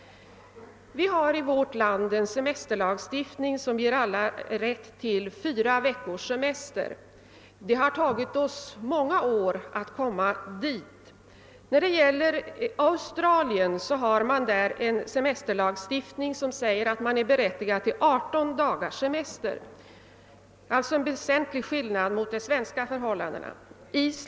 Vi har i vårt land en semesterlagstiftning som ger alla rätt till fyra veckors semester. Det har tagit oss många år att komma dit. Enligt semesterlagstiftningen i Australien är man berättigad till 18 dagars semester; det är alltså en väsentlig skillnad mot förhållandena i Sverige.